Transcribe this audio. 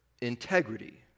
integrity